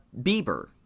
bieber